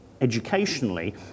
educationally